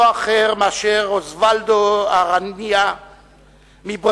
לא אחר מאשר מר אוסוולדו אראניה מברזיל,